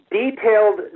detailed